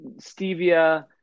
stevia